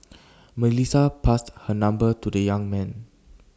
Melissa passed her number to the young man